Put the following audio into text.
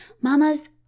mama's